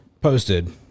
posted